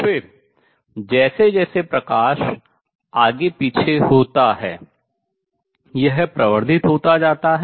फिर जैसे जैसे प्रकाश आगे पीछे होता है यह प्रवर्धित होता जाता है